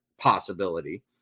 possibility